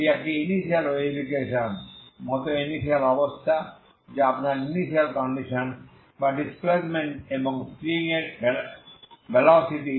এটি একটি initial wave equation মতো ইনিশিয়াল অবস্থা যা আপনার ইনিশিয়াল কন্ডিশনস যা ডিসপ্লেসমেন্ট এবং স্ট্রিং এর ভেলোসিটি